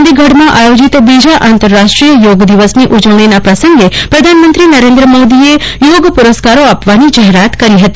ચંદીગઢમાં આયોજિત બીજા આંતરરાષ્ટ્રીય યોગ દિવસની ઉજવણીના પ્રસંગે પ્રધાનમંત્રી નરેન્દ્ર મોદીએ યોગ પુરસ્કારો આપવાની જાહેરાત કરી હતી